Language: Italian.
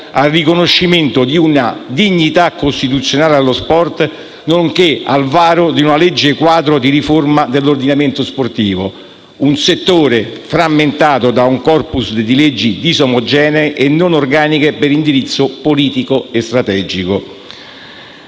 al riconoscimento di una dignità costituzionale allo sport, nonché al varo di una legge quadro di riforma dell'ordinamento sportivo. Si tratta, infatti, di un settore frammentato da un *corpus* di leggi disomogenee e non organiche per indirizzo politico e strategico.